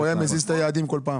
הוא היה מזיז את היעדים כל פעם.